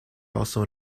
also